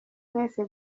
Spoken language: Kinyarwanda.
mwese